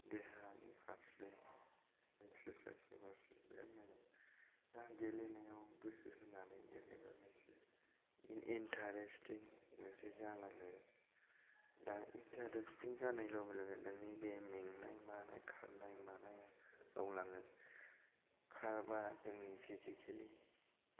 देहानि फारसे एक्सारसाइजनि फारसे दा गेलेनायाव गोसो होनानै मोनसे इन्टारेस्टिं मोनसे जालाङो दा इन्टारेस्टिं जानाय लगे लगे नोंनि बे मेंनाय मानाय खारनाय मानाया बावलाङो खारबा जोंनि फिजिकेलि